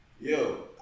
yo